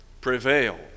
prevailed